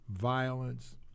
Violence